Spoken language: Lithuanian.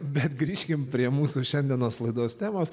bet grįžkim prie mūsų šiandienos laidos temos